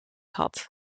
had